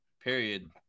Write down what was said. period